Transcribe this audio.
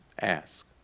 Ask